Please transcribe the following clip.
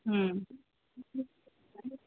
हम्म